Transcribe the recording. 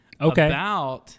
Okay